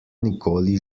nikoli